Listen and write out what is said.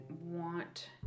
want